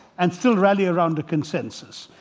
and still rally around a consensus.